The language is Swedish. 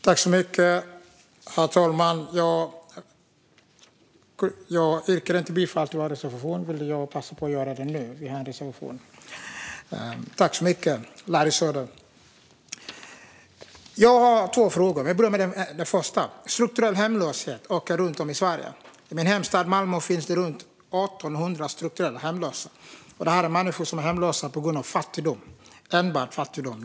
Herr talman! Jag yrkade inte bifall till vår reservation tidigare, så jag vill passa på att göra det nu. Tack, Larry Söder! Jag har två frågor och börjar med den första. Den strukturella hemlösheten ökar runt om i Sverige. I min hemstad Malmö finns runt 1 800 strukturellt hemlösa. Det är människor som är hemlösa på grund av fattigdom - enbart fattigdom.